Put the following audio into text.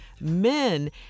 men